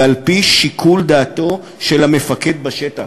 ועל-פי שיקול דעתו של המפקד בשטח.